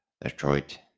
Detroit